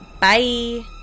bye